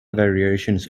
variations